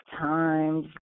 times